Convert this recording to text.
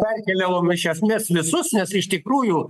perkeliavom iš esmės nes iš tikrųjų